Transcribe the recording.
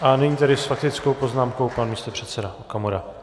A nyní tedy s faktickou poznámkou pan místopředseda Okamura.